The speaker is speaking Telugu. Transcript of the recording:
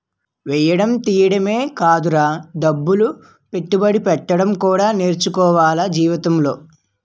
ఎయ్యడం తియ్యడమే కాదురా డబ్బులు పెట్టుబడి పెట్టడం కూడా నేర్చుకోవాల జీవితంలో